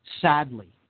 sadly